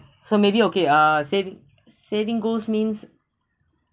so maybe okay ah saving saving goals means